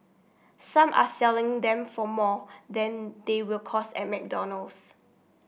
some are selling them for more than they will cost at McDonald's